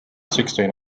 sixteen